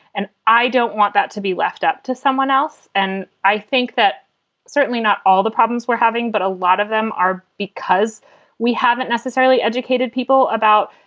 and i don't want that to be left up to someone else. and i think that certainly not all the problems we're having, but a lot of them are because we haven't necessarily educated people about,